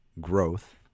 growth